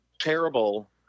terrible